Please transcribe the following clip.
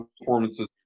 performances